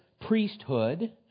priesthood